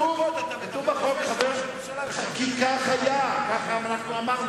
כל עשר דקות אתה, חקיקה חיה, ככה אמרנו.